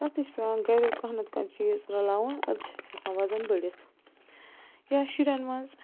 تَتھ تہِ چھِ پیٚوان گَرِیُک کانٛہہ نَہ تہٕ کانٛہہ چیٖز رَلاوُن اَدٕ چھُ اَسہِ ہٮ۪کان وَزن بٔڑِتھ یا شُرٮ۪ن منٛز